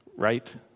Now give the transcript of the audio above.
right